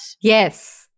Yes